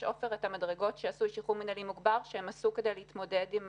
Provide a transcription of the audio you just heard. יש את המדרגות שעשו שחרור מינהלי מוגבר וזה נעשה כדי להתמודד עם